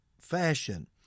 fashion